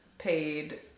paid